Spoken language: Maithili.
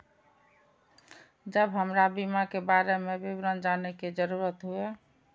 जब हमरा बीमा के बारे में विवरण जाने के जरूरत हुए?